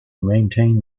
maintain